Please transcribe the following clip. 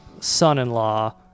son-in-law